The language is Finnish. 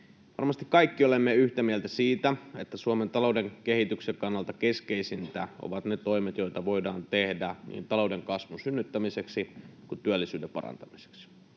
Varmasti kaikki olemme yhtä mieltä siitä, että Suomen talouden kehityksen kannalta keskeisintä ovat ne toimet, joita voidaan tehdä niin talouden kasvun synnyttämiseksi kuin työllisyyden parantamiseksi.